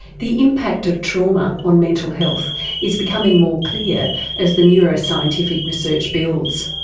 the impact of trauma on mental health is becoming more clear as the neuroscientific research builds.